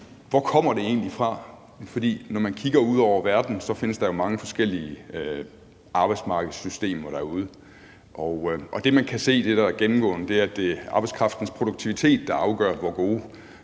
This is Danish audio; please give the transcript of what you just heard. Hvor kommer det egentlig fra? For når man kigger ud over verden, findes der mange forskellige arbejdsmarkedssystemer derude, og det, man kan se er gennemgående, er, at det er arbejdskraftens produktivitet, der afgør, hvor gode